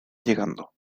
llegando